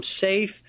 safe